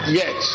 yes